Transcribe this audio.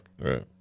Right